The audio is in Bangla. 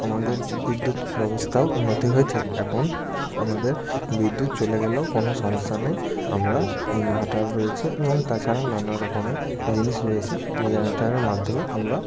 আমাদের বিদ্যুৎ ব্যবস্থাও উন্নতি হয়েছে এখন আমাদের বিদ্যুৎ চলে গেলেও কোনো সমস্যা নেই আমরা ইনভারটার রয়েছে এবং তাছাড়া নানারকমের জিনিস রয়েছে জেনারেটরের মাধ্যমে আমরা